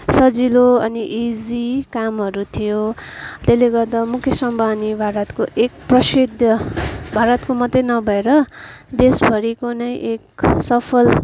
सजिलो अनि इजी कामहरू थियो त्यसले गर्दा मुकेस अम्बानी भारतको एक प्रसिद्ध भारतको मात्रै नभएर देशभरिको नै एक सफल